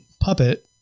puppet